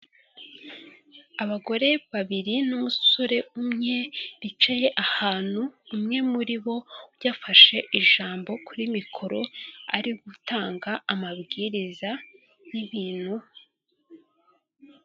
Abagore babiri n'umusore umwe bicaye ahantu umwe muri bo yafashe ijambo kuri mikoro ari gutanga amabwiriza y'ibintu,